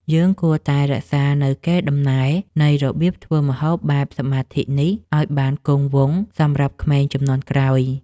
យើងគួរតែរក្សានូវកេរដំណែលនៃរបៀបធ្វើម្ហូបបែបសមាធិនេះឱ្យបានគង់វង្សសម្រាប់ក្មេងជំនាន់ក្រោយ។